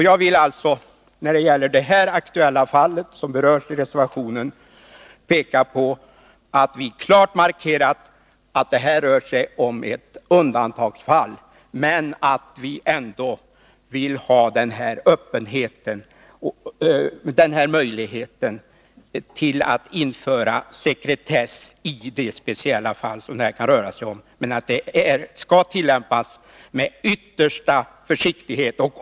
57 När det gäller det speciella fall som berörs i reservationen vill jag peka på att vi har klart markerat att det här rör sig om ett undantagsfall, men att vi ändå vill ha öppenhet, med möjlighet att införa sekretess i de speciella fall som det kan röra sig om. Men detta skall tillämpas med yttersta försiktighet.